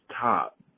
top